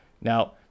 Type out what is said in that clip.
Now